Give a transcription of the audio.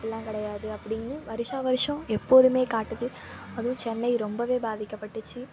அப்பிட்லாம் கிடையாது அப்படின்னு வருடா வருடம் எப்போதும் காட்டுது அதுவும் சென்னை ரொம்ப பாதிக்கபட்டுச்சு